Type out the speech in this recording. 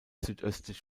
südöstlich